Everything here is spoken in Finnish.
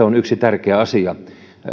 on yksi tärkeä asia